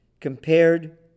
compared